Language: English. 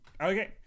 Okay